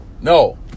No